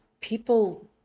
people